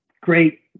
great